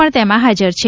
પણ તેમાં હાજર છે